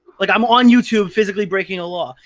like, i'm on youtube physically breaking a law.